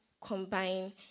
combine